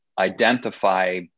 identify